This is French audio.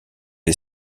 est